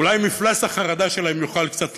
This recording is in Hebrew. אולי מפלס החרדה שלהם יוכל קצת לרדת.